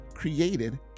created